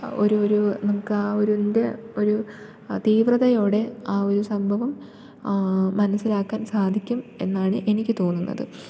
ഒരു ഒരു നമുക്ക് ആ ഒരിൻ്റെ ഒരു തീവ്രതയോടെ ആ ഒരു സംഭവം മനസ്സിലാക്കാൻ സാധിക്കും എന്നാണ് എനിക്ക് തോന്നുന്നത്